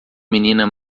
menina